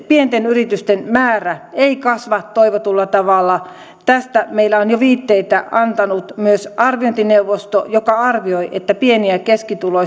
pienten yritysten määrä ei kasva toivotulla tavalla tästä meillä on jo viitteitä antanut myös arviointineuvosto joka arvioi että pienten ja